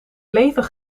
leven